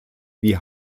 wie